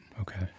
Okay